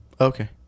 Okay